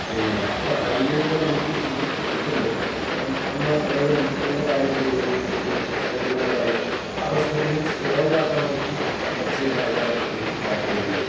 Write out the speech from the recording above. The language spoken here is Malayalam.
പിന്നെ അപ്പോൾ അതിലൂടെ നമുക്ക് ഇത് കിട്ടുമ്പോൾ നമ്മൾ നമ്മൾ അവരോട് ഇങ്ങനെ കാര്യമുണ്ട് ഒരു ചെറിയ ഒരു പ്രശ്നമുണ്ട് എന്നെല്ലാം പയുമ്പോൾ ആ പ്രശ്നത്തിന് സോള്വാക്കാന് വേണ്ടിയിട്ട് കുറച്ച് ആള്ക്കാറെ ഒരു ഈ